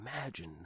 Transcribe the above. imagine